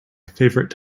favorite